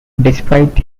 despite